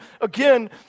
again